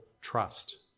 trust